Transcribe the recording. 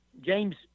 James